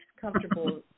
comfortable